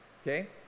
okay